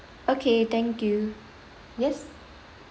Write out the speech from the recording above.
okay thank you yes